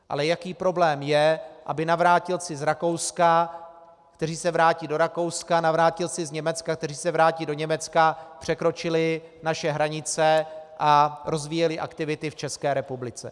Ale jaký problém je, aby navrátilci z Rakouska, kteří se vrátí do Rakouska, navrátilci z Německa, kteří se vrátí do Německa, překročili naše hranice a rozvíjeli aktivity v České republice?